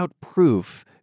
proof